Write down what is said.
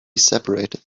separated